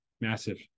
massive